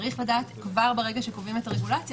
צריך לדעת כבר ברגע שקובעים את הרגולציה